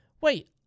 Wait